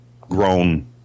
grown